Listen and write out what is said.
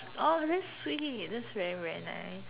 oh that's sweet that's very very nice